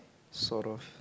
sort of